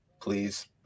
please